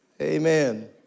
Amen